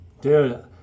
dude